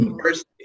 first